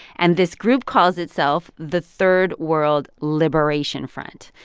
and this group calls itself the third world liberation front.